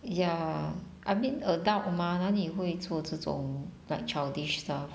ya I mean adult mah 哪里会做这种 like childish stuff